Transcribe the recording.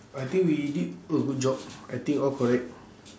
I think we did a good job I think all correct